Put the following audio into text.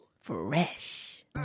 Fresh